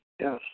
Yes